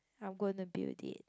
I'm gonna build it